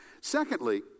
Secondly